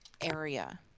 area